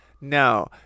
No